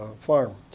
farm